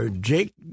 Jake